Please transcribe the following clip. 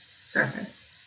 surface